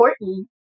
important